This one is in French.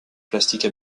plastique